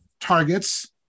targets